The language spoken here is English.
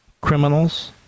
criminals